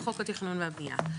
לחוק התכנון והבנייה.